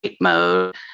mode